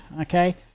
Okay